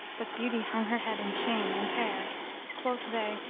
but beauty hung her head in shame and care quoth' they,